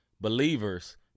believers